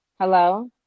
Hello